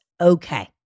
okay